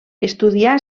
estudià